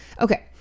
Okay